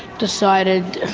decided,